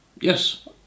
Yes